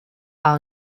i’ll